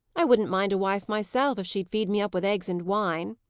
i wouldn't mind a wife myself, if she'd feed me up with eggs and wine.